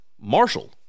Marshall